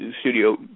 studio